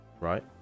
Right